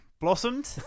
blossomed